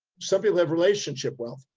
some people have relationship wealth.